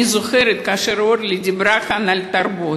אני זוכרת, כאשר אורלי דיברה כאן על תרבות,